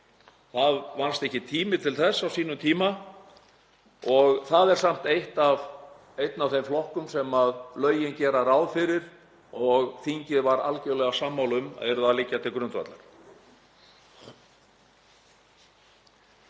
Það vannst ekki tími til þess á sínum tíma. Það er samt einn af þeim flokkum sem lögin gera ráð fyrir og þingið var algerlega sammála um að yrðu að liggja til grundvallar.